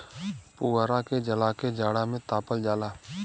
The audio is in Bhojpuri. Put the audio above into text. पुवरा के जला के जाड़ा में तापल जाला